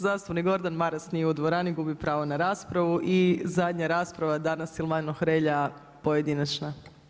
Zastupnik Gordan Maras nije u dvorani, gubi pravo na raspravu, i zadnja rasprava danas Silvano Hrelja, pojedinačna.